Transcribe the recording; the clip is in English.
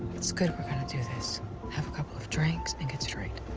it's good we're gonna do this have a couple of drinks and get straight.